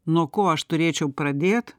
nuo ko aš turėčiau pradėt